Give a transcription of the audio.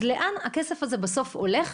אז לאן הכסף הזה הולך בסוף,